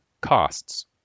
Costs